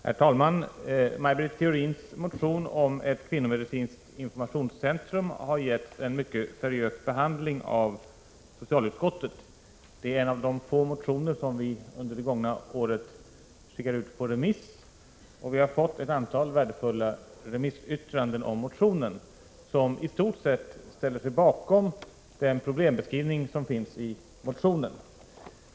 Herr talman! Maj Britt Theorins motion om ett kvinnomedicinskt informationscentrum har getts en mycket seriös behandling i socialutskottet. Det är en av de få motioner som vi under det gångna året skickade ut på remiss. Vi har fått ett antal värdefulla remissyttranden om motionen, vilka i stort sett ställer sig bakom den problembeskrivning som finns i motionen.